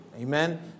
Amen